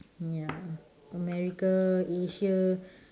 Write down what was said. ya america asia